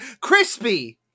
crispy